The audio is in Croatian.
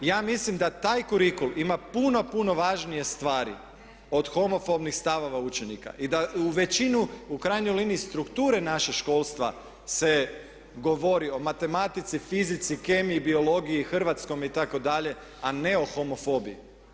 I ja mislim da taj kurikul ima puno, puno važnije stvari od homofobnih stavova učenika i da većinu u krajnjoj liniji strukture našeg školstva se govorio o matematici, fizici, kemiji, biologiji, hrvatskome itd. a ne o homofobiji.